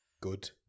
good